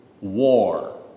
war